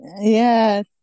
Yes